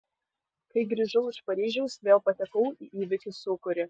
kai grįžau iš paryžiaus vėl patekau į įvykių sūkurį